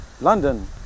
London